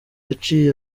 yaciye